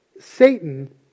Satan